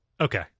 Okay